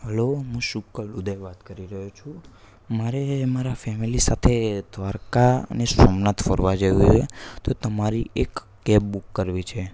hello મું શુકલ ઉદય વાત કરી રહ્યો છું મારે મારા ફેમેલી સાથે દ્વારકા અને સોમનાથ ફરવા જવું છે તો તમારી એક કેબ બુક કરવી છે